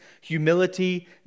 humility